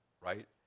right